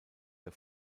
der